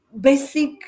basic